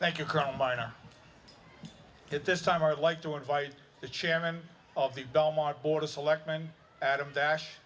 thank you combine at this time i'd like to invite the chairman of the belmont board of selectmen adam dash